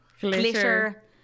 Glitter